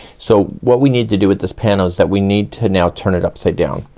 so what we need to do with this panel, is that we need to now turn it upside down.